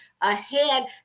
ahead